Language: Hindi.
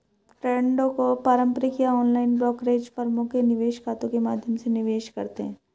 ट्रेडों को पारंपरिक या ऑनलाइन ब्रोकरेज फर्मों के निवेश खातों के माध्यम से निवेश करते है